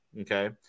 okay